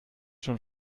schon